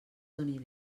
doni